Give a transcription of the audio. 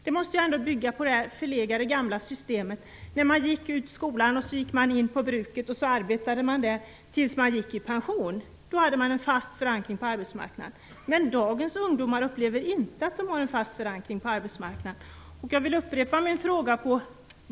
Det måste ju bygga på det gamla förlegade systemet där man gick ut skolan och in på bruket. Sedan arbetade man där tills man gick i pension. Då hade man en fast förankring på arbetsmarknaden. Men dagens ungdomar upplever inte att de har en fast förankring på arbetsmarknaden. Jag vill upprepa min fråga.